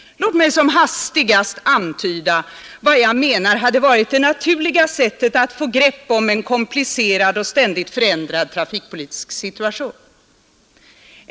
Låt mig som hastigast antyda vad jag menar hade varit det naturliga sättet att få grepp om en komplicerad och ständigt förändrad trafikpolitisk situation.